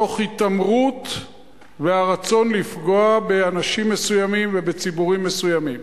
מתוך התעמרות ורצון לפגוע באנשים מסוימים ובציבורים מסוימים.